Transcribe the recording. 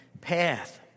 path